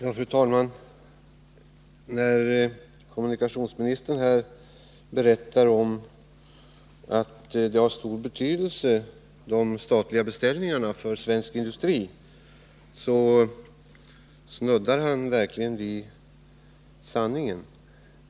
Fru talman! När kommunikationsministern berättar om att de statliga beställningarna har stor betydelse för svensk industri, snuddar han verkligen vid sanningen.